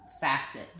Facet